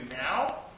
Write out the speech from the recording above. now